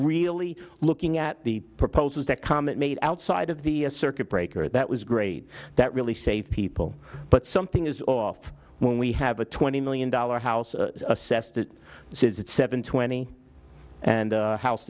really looking at the proposals that comet made outside of the circuit breaker that was great that really saved people but something is off when we have a twenty million dollar house assessed it says it's seven twenty and house